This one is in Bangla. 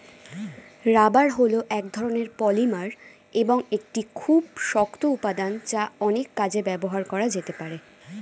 রাবার হল এক ধরণের পলিমার এবং একটি খুব শক্ত উপাদান যা অনেক কাজে ব্যবহার করা যেতে পারে